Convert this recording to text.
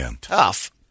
tough